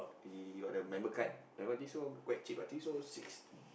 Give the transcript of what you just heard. he got the member card like what this one quite cheap I think so six